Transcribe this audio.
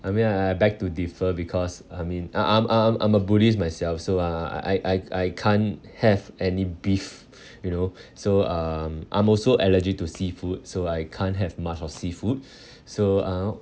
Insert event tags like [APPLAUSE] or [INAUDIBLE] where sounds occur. I mean I I beg to differ because I mean I'm I'm I'm a buddhist myself so uh uh I I I can't have any beef [BREATH] you know so um I'm also allergic to seafood so I can't have much of seafood so uh